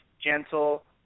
gentle